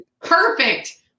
Perfect